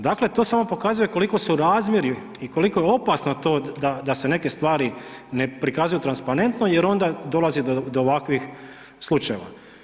Dakle, to samo pokazuje koliko su razmjeri i koliko je opasno to da se neke stvari ne prikazuju transparentno jer onda dolazi do ovakvih slučajeva.